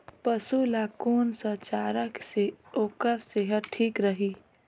पशु ला कोन स चारा से ओकर सेहत ठीक रही?